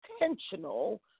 intentional